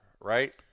right